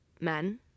men